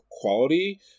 quality